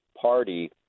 Party